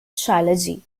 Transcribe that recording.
trilogy